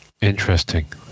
Interesting